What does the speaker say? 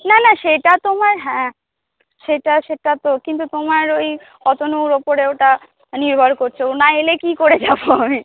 না না সেটা তোমার হ্যাঁ সেটা সেটা তো কিন্তু তোমার ওই অতনুর উপরে ওটা নির্ভর করছে ও না এলে কী করে যাব আমি